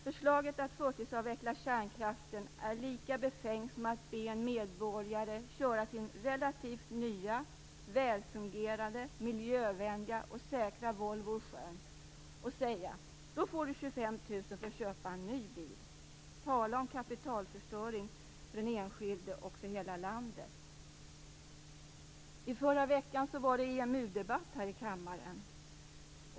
Förslaget att förtidsavveckla kärnkraften är lika befängt som att be en medborgare köra sin relativt nya, välfungerande, miljövänliga och säkra Volvo i sjön och säga: Då får du 25 000 kr för att köpa en ny bil. Tala om kapitalförstöring för den enskilde och för hela landet! I förra veckan var det EMU-debatt här i kammaren.